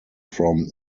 from